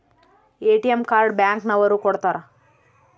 ATM card bank ನವರು ಕೊಡ್ತಾರ